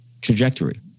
Trajectory